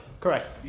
Correct